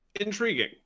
intriguing